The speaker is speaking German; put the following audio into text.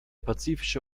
pazifische